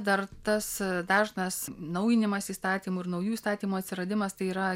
dar tas dažnas naujinimas įstatymų ir naujų įstatymų atsiradimas tai yra